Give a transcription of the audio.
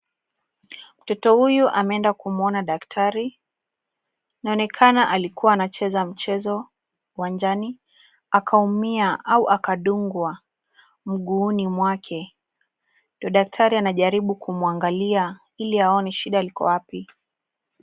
Mtoto ameenda kumuona daktari inaonekana alikuwa anacheza mchezo uwanjani akaumia au akadugwa mguuni mwake ndio daktari anajaribu kumwangilia ili aone shida iko wapi.